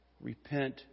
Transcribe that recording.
repent